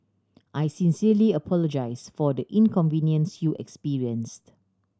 I sincerely apologise for the inconvenience you experienced